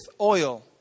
oil